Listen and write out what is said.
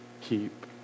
keep